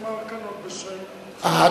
שנאמר כאן או בשם חברת הכנסת מרינה,